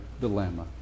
dilemma